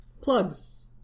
Plugs